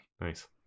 Nice